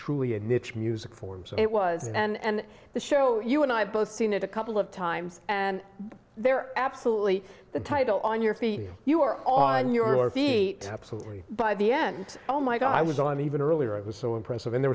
truly a niche music form so it was and the show you and i both seen it a couple of times and they're absolutely the title on your feet you were on your feet absolutely by the end oh my god i was on even earlier it was so impressive and there